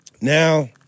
Now